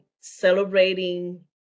celebrating